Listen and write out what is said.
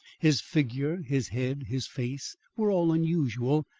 his figure, his head, his face, were all unusual,